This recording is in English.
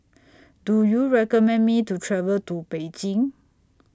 Do YOU recommend Me to travel to Beijing